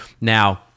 Now